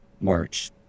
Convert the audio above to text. March